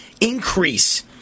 increase